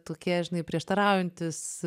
tokie žinai prieštaraujantys